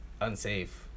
unsafe